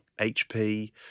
HP